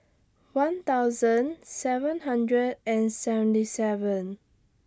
one thousand seven hundred and seventy seven